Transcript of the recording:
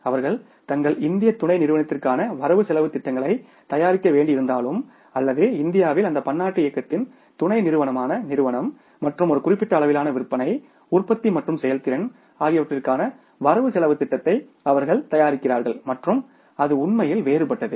அவர்கள் தங்கள் இந்திய துணை நிறுவனத்திற்கான வரவு செலவுத் திட்டங்களைத் தயாரிக்க வேண்டியிருந்தாலும் அல்லது இந்தியாவில் அந்த பன்னாட்டு இயக்கத்தின் துணை நிறுவனமான நிறுவனம் மற்றும் ஒரு குறிப்பிட்ட அளவிலான விற்பனை உற்பத்தி மற்றும் செயல்திறன் ஆகியவற்றிற்கான வரவு செலவுத் திட்டத்தை அவர்கள் தயாரிக்கிறார்கள் மற்றும் அது உண்மையில் வேறுபட்டது